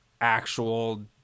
actual